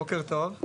בוקר טוב.